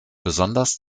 besonders